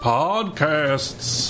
podcasts